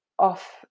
off